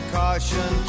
caution